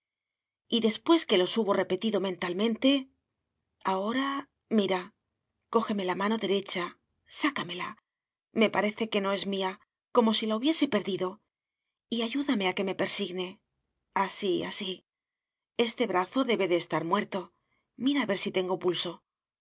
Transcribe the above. y después que los hubo repetido mentalmente ahora mira cójeme la mano derecha sácamela me parece que no es mía como si la hubiese perdido y ayúdame a que me persigne así así este brazo debe de estar muerto mira a ver si tengo pulso